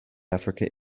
africa